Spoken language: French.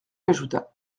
ajouta